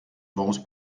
bons